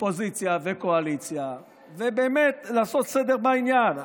אופוזיציה וקואליציה, ובאמת לעשות סדר בעניין.